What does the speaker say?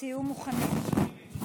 תהיו מוכנים.